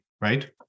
right